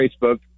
Facebook